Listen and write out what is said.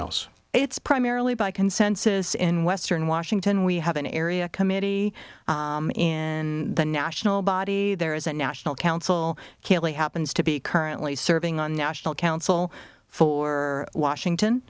else it's primarily by consensus in western washington we have an area committee in the national body there is a national council kelly happens to be currently serving on the national council for washington